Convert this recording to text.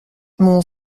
mon